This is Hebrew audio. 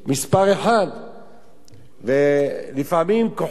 1. ולפעמים כוחות הביטחון,